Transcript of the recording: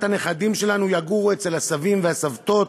הנכדים שלנו יגורו אצל הסבים והסבתות.